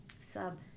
sub